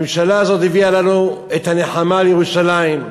הממשלה הזאת הביאה לנו את הנחמה על ירושלים.